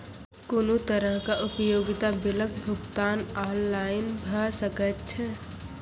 कुनू तरहक उपयोगिता बिलक भुगतान ऑनलाइन भऽ सकैत छै?